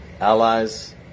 allies